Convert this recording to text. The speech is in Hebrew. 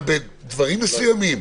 אבל בדברים מסוימים,